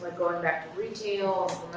going back to retail,